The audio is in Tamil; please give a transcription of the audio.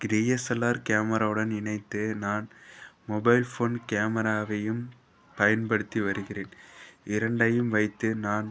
டிஎஸ்எல்ஆர் கேமராவுடன் இணைத்து நான் மொபைல் ஃபோன் கேமராவையும் பயன்படுத்தி வருகிறேன் இரண்டையும் வைத்து நான்